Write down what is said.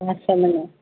ஆ சொல்லுங்கள்